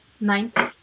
ninth